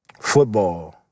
football